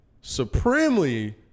supremely